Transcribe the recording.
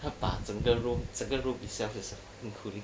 他把整个 room 整个 room itself is cooling